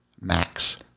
Max